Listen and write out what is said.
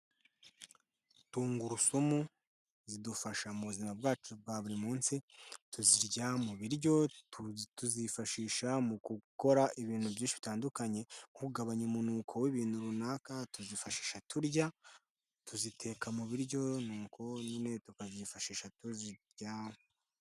Tungurusumu zidufasha mu buzima bwacu bwa buri munsi. Tuzirya mu biryo, tuzifashisha mu gukora ibintu byinshi bitandukanye, kugabanya umunuko w'ibintu runaka, tuzifashisha turya, tuziteka mu biryo nuko nyine tukazifashisha tuzirya.